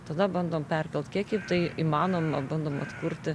tada bandom perkelt kiek ir tai įmanoma bandom atkurti